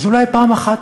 אז אולי פעם אחת,